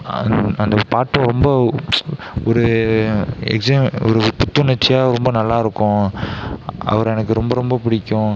அந்த அந்த பாட்டு ரொம்ப ஒரு எக்ஸ ஒரு புத்துணர்ச்சியாக ரொம்ப நல்லாயிருக்கும் அவரை எனக்கு ரொம்ப ரொம்ப பிடிக்கும்